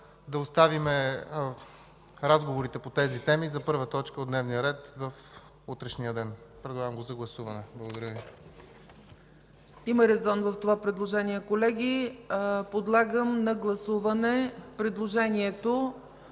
да оставим разговорите по тези теми за първа точка от дневния ред в утрешния ден. Предлагам го за гласуване. Благодаря Ви. ПРЕДСЕДАТЕЛ ЦЕЦКА ЦАЧЕВА: Има резон в това предложение, колеги. Подлагам на гласуване предложението